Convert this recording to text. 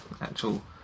actual